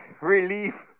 relief